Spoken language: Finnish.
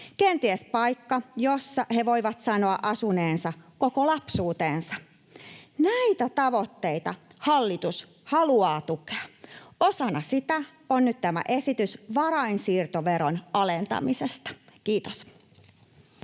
kenties paikka, jossa he voivat sanoa asuneensa koko lapsuutensa. Näitä tavoitteita hallitus haluaa tukea. Osana sitä on nyt tämä esitys varainsiirtoveron alentamisesta. — Kiitos.